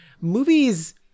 Movies